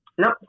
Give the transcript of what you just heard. Nope